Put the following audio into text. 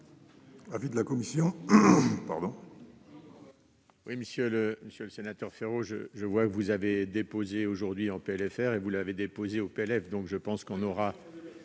l'avis de la commission ?